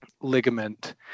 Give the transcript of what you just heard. ligament